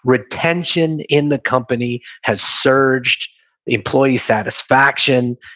retention in the company has surged, the employee satisfaction,